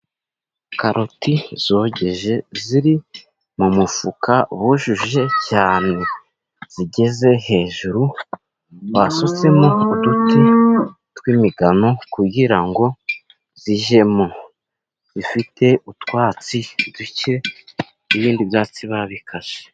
Karoti zogeje ziri mu mufuka bujuje cyane ,zigeze hejuru basutsemo uduti tw'imigano kugira ngo zijyemo zifite utwatsi duke ,n'ibindi byatsi babikase.